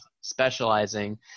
specializing